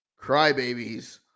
crybabies